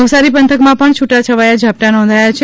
નવસારી પંથકમાં પણ છુટાછવાયા ઝાપટાં નોંધાયા છે